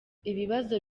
ibibazo